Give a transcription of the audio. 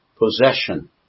Possession